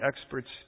experts